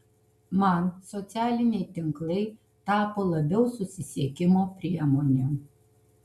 man socialiniai tinklai tapo labiau susisiekimo priemone